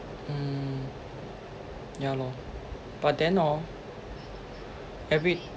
mm ya lor but then hor every